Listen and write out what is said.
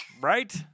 right